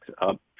up